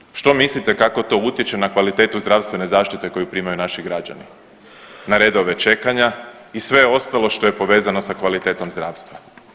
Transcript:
Naravno, što mislite kako to utječe na kvalitetu zdravstvene zaštite koju primaju naši građane, na redove čekanja i sve ostalo što je povezano sa kvalitetom zdravstva?